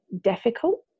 difficult